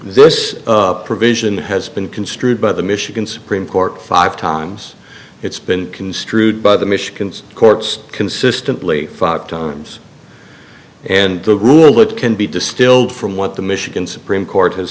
this provision has been construed by the michigan supreme court five times it's been construed by the michigan courts consistently five times and the rule that can be distilled from what the michigan supreme court has